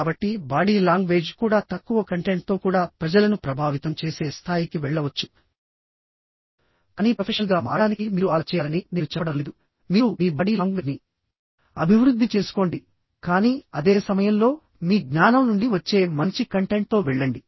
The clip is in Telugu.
కాబట్టి బాడీ లాంగ్వేజ్ కూడా తక్కువ కంటెంట్తో కూడా ప్రజలను ప్రభావితం చేసే స్థాయికి వెళ్ళవచ్చుకానీ ప్రొఫెషనల్గా మారడానికి మీరు అలా చేయాలని నేను చెప్పడం లేదు మీరు మీ బాడీ లాంగ్వేజ్ని అభివృద్ధి చేసుకోండి కానీ అదే సమయంలో మీ జ్ఞానం నుండి వచ్చే మంచి కంటెంట్తో వెళ్ళండి